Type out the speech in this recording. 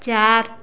चार